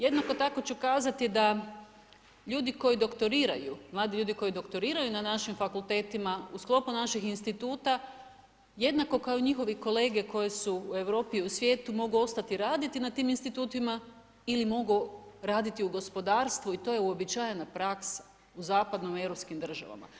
Jednako tako ću kazati da ljudi koji doktoriraju, mladi ljudi koji doktoriraju na našim fakultetima, u sklopu naših instituta, jednako kao i njihovi kolege koji su u Europi i u svijetu mogu ostati raditi na tim institutima ili mogu raditi u gospodarstvu i to je uobičajena praksa u zapadnim europskim državama.